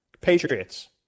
Patriots